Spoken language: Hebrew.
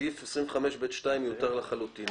סעיף 25ב2 מיותר לחלוטין.